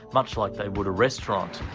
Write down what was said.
much like they would a restaurant.